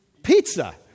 Pizza